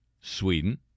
Sweden